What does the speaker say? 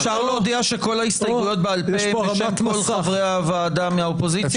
אפשר להודיע שכל ההסתייגויות בעל פה בשם כל חברי הוועדה מהאופוזיציה?